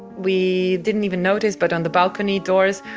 we didn't even notice, but on the balcony doors,